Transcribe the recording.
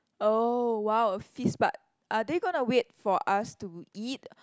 oh whoa a feast but are they going to wait for us to eat